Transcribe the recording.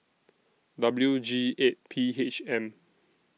W G eight P H M